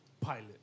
pilot